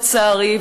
לצערי,